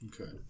Okay